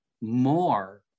more